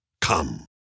Come